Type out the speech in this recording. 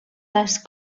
les